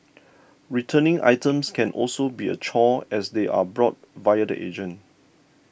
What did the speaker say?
returning items can also be a chore as they are brought via the agent